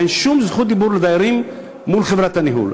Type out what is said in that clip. ואין שום זכות דיבור לדיירים מול חברת הניהול.